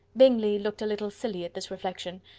bingley looked a little silly at this reflection,